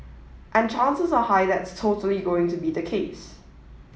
and chances are high that's totally going to be the case